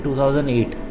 2008